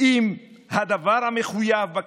אם את הדבר המחויב בכלכלה,